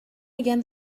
again